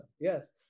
Yes